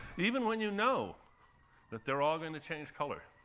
even when you know that they're all going to change color,